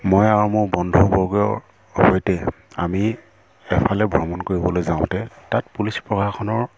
মই আৰু মোৰ বন্ধুবৰ্গৰ সৈতে আমি এফালে ভ্ৰমণ কৰিবলৈ যাওঁতে তাত পুলিচ প্ৰশাসনৰ